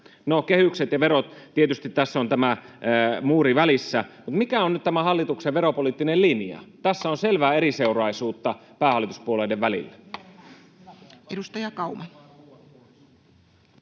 No, kehykset ja verot — tietysti tässä on tämä muuri välissä. Mutta mikä on nyt tämän hallituksen veropoliittinen linja? Tässä on selvää eriseuraisuutta päähallituspuolueiden välillä. Edustaja Kauma.